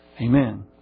Amen